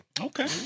Okay